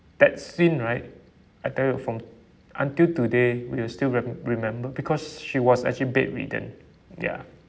that scene right I tell you from until today I will still re~ remember because she was actually bedridden ya